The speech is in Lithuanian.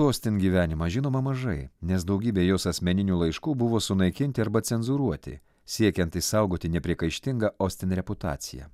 ostin gyvenimą žinoma mažai nes daugybė jos asmeninių laiškų buvo sunaikinti arba cenzūruoti siekiant išsaugoti nepriekaištingą ostin reputaciją